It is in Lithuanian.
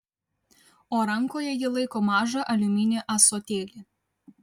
o rankoje ji laiko mažą aliuminį ąsotėlį